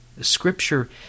Scripture